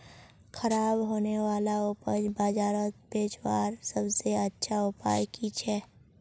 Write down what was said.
ख़राब होने वाला उपज बजारोत बेचावार सबसे अच्छा उपाय कि छे?